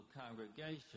congregation